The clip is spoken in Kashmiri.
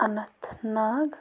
اَننت ناگ